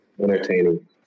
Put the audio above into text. Entertaining